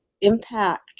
impact